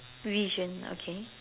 vision okay